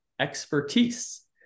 expertise